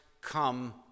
come